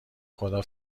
خدا